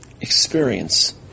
experience